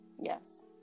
Yes